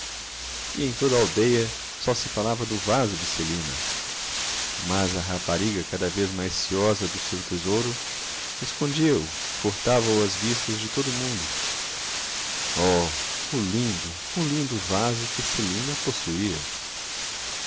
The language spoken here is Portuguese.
e em toda a aldeia só se falava do vaso de celina mas a rapariga cada vez mais ciosa do seu tesouro escondia o furtava o às vistas de todo o mundo oh o lindo o lindo vaso que celina possuía